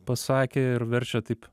pasakė ir verčia taip